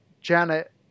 Janet